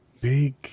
big